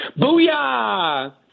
Booyah